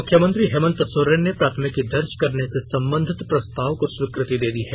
मुख्यमंत्री हेमन्त सोरेन ने प्राथमिकी दर्ज करने से संबंधित प्रस्ताव को स्वीकृति दे दी है